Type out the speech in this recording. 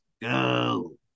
go